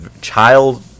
child